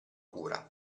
cura